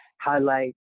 highlight